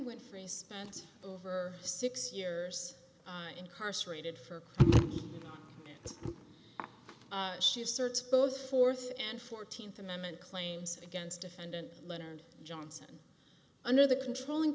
went free spent over six years incarcerated for she asserts both fourth and fourteenth amendment claims against defendant leonard johnson under the controlling